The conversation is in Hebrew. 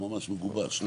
--- ממש מגובש.